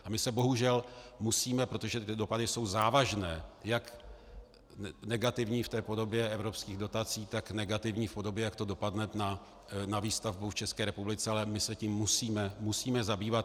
A my se bohužel musíme, protože ty dopady jsou závažné, jak negativní v té podobě evropských dotací, tak v negativní podobě, jak to dopadne na výstavbu v České republice, ale my se tím musíme zabývat.